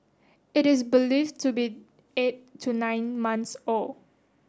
it is believed to be eight to nine months old